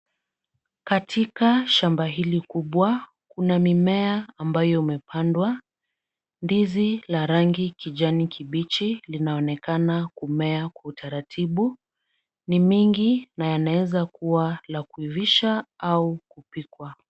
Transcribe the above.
Katika shamba hili kubwa kuna mimea ambayo umepandwa. Ndizi la rangi kijani kibichi linaonekana kumea kwa utaratibu ni mingi na yanaweza kuwa la kuivisha au kupikwa.